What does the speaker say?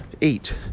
eight